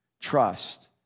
trust